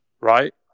right